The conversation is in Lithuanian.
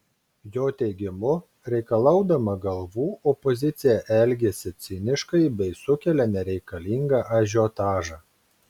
jo teigimu reikalaudama galvų opozicija elgiasi ciniškai bei sukelia nereikalingą ažiotažą